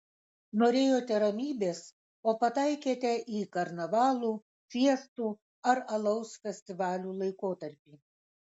norėjote ramybės o pataikėte į karnavalų fiestų ar alaus festivalių laikotarpį